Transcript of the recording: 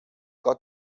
cos